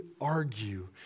argue